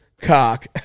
cock